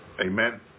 Amen